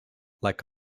like